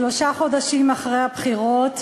שלושה חודשים אחרי הבחירות,